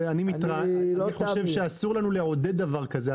אני חושב שאסור לנו לעודד דבר כזה.